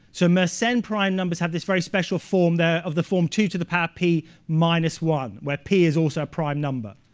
so mersenne prime numbers have this very special form. they're of the form two to the power of p minus one, where p is also a prime number.